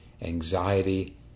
anxiety